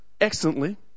excellently